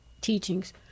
teachings